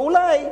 ואולי,